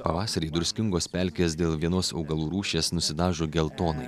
pavasarį druskingos pelkės dėl vienos augalų rūšies nusidažo geltonai